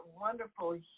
wonderful